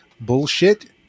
bullshit